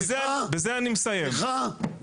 סליחה.